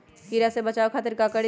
कीरा से बचाओ खातिर का करी?